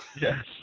Yes